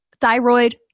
thyroid